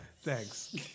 Thanks